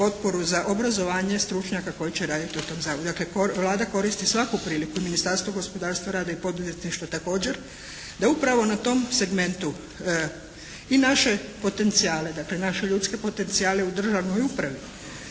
potporu za obrazovanje stručnjaka koji će raditi u tom zavodu. Dakle, Vlada koristi svaku priliku, Ministarstvo gospodarstva, rada i poduzetništva također da upravo na tom segmentu i naše potencijale, dakle naše ljudske potencijale u državnoj upravi